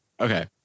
Okay